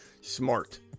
Smart